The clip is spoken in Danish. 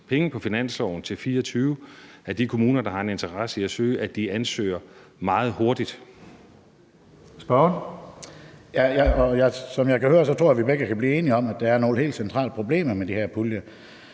penge på finansloven til 2024, at de kommuner, der har en interesse i at søge, ansøger meget hurtigt.